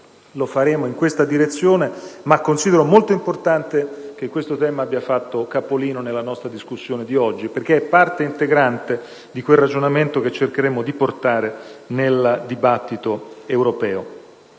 passo in questa direzione. Considero però molto importante che questo tema abbia fatto capolino nel corso della nostra discussione di oggi, perché è parte integrante del ragionamento che cercheremo di portare nel dibattito europeo.